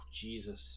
Jesus